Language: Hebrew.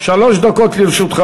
שלוש דקות לרשותך,